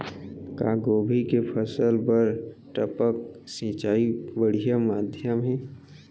का गोभी के फसल बर टपक सिंचाई बढ़िया माधयम हे?